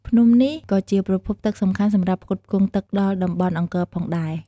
ភ្នំនេះក៏ជាប្រភពទឹកសំខាន់សម្រាប់ផ្គត់ផ្គង់ទឹកដល់តំបន់អង្គរផងដែរ។